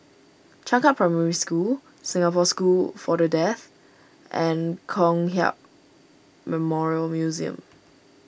Changkat Primary School Singapore School for the Deaf and Kong Hiap Memorial Museum